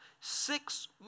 six